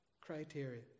criteria